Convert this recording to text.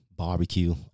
barbecue